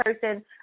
person